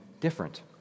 different